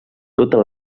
totes